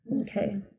Okay